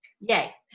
Yay